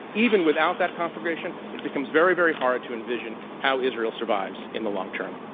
even without that conflagration, it becomes very, very hard to envision how israel survives in the long term.